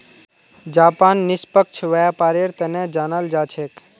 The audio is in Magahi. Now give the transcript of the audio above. जापान निष्पक्ष व्यापारेर तने जानाल जा छेक